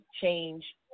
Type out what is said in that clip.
change